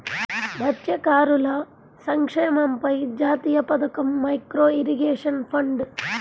మత్స్యకారుల సంక్షేమంపై జాతీయ పథకం, మైక్రో ఇరిగేషన్ ఫండ్